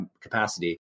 capacity